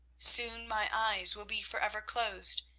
soon my eyes will be for ever closed,